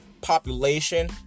Population